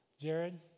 Jared